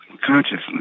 consciousness